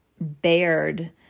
bared